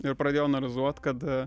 ir pradėjo analizuot kad